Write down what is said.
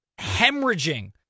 hemorrhaging